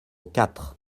quatre